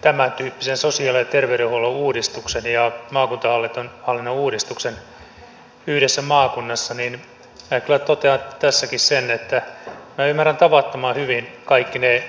tämäntyyppisen sosiaali ja terveydenhuollon uudistuksen ja maakuntahallinnon uudistuksen yhdessä maakunnassa itse vetäneenä minä kyllä totean tässäkin sen että minä ymmärrän tavattoman hyvin kaikki ne